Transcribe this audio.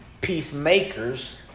peacemakers